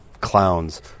clowns